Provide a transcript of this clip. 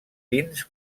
dins